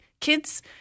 kids